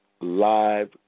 live